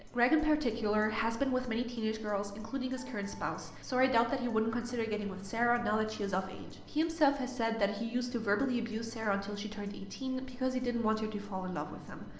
greg in particular has been with many teenage girls, including his current spouse, so i doubt that he wouldn't consider getting with sarah now that she is of age. he himself has said that he used to verbally abused sarah until she turned eighteen because he didn't want her to fall in love with him.